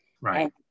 right